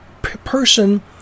person